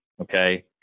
okay